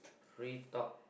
free talk